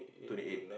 twenty eight